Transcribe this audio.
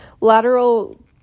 lateral